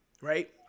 right